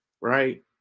right